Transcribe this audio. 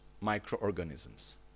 microorganisms